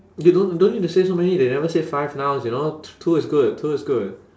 you don't don't need to say so many they never say five nouns you know t~ two is good two is good